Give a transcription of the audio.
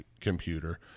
computer